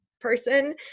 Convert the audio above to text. person